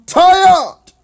tired